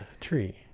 tree